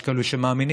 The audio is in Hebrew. יש כאלה שמאמינים,